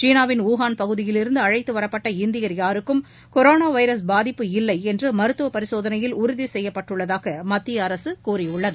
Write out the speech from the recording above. சீனாவின் உகான் பகுதியிலிருந்து அழழத்து வரப்பட்ட இந்தியர் யாருக்கும் கொரோனா வைரஸ் பாதிப்பு இல்லை என்று மருத்துவ பரிசோதனையில் உறுதி செய்யப்பட்டுள்ளதாக மத்திய அரசு கூறியுள்ளது